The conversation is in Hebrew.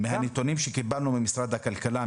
מהנתונים שקיבלנו ממשרד הכלכלה,